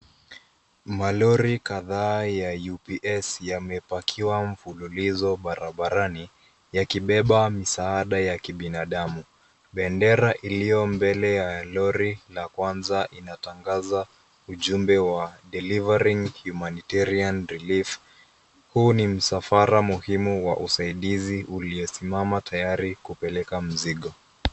Malori kadhaa ya ups yamepakiwa mfululizo barabarani yakibeba misaada ya kibinadamu. Bendera iliyo mbele ya lori la kwanza inatangaza ujumbe wa delivering humanitarian relief . Huu ni msafara muhimu wa usaidizi uliyesimama tayari kupeleka mzigo.